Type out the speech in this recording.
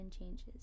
changes